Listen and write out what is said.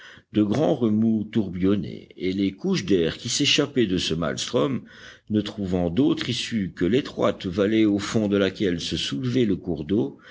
de grands remous tourbillonnaient et les couches d'air qui s'échappaient de ce maelstrm ne trouvant d'autre issue que l'étroite vallée au fond de laquelle se soulevait le cours d'eau